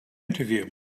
interview